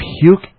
puke